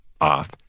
off